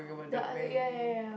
the other ya ya ya ya